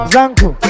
Zanku